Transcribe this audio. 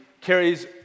carries